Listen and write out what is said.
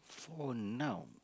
for now